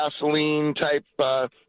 gasoline-type